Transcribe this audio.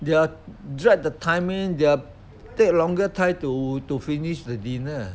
they are drag the timing they are take longer time to finish the dinner